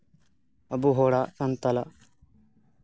ᱟᱵᱚ ᱦᱚᱲᱟᱜ ᱥᱟᱱᱛᱟᱞᱟᱜ